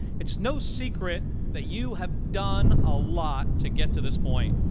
it's no secret that you have done a lot to get to this point.